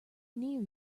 near